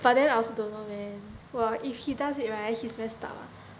but then I also don't know man !wah! if he does it right he's messed up ah